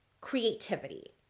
creativity